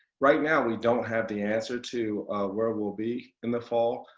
right now, we don't have the answer to where we'll be in the fall.